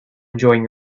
enjoying